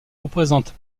représente